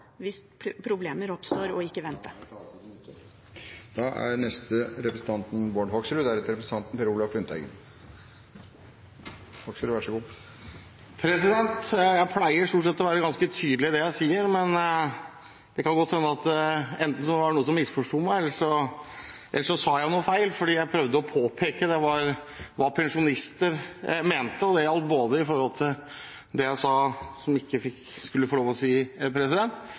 hvis problemer oppstår, og ikke vente. Jeg pleier stort sett å være ganske tydelig i det jeg sier, men det kan godt hende at enten så var det noen som misforsto meg, eller så sa jeg noe feil. Jeg prøvde å påpeke hva pensjonister mente. Det gjaldt både det jeg sa – som jeg ikke skulle få lov å si